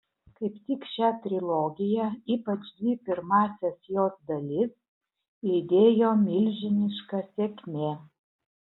kaip tik šią trilogiją ypač dvi pirmąsias jos dalis lydėjo milžiniška sėkmė